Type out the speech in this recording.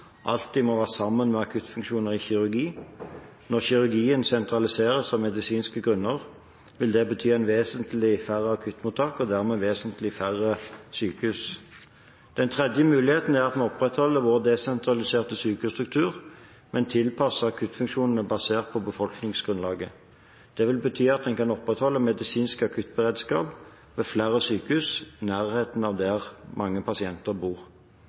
alltid må være sammen med akuttfunksjoner i kirurgi. Når kirurgien sentraliseres av medisinske grunner, vil det bety vesentlig færre akuttmottak og dermed vesentlig færre sykehus. Den tredje muligheten er at vi opprettholder vår desentraliserte sykehusstruktur, men tilpasser akuttfunksjonene basert på befolkningsgrunnlaget. Det vil bety at vi kan opprettholde medisinsk akuttberedskap ved flere sykehus i nærheten av der mange pasienter bor.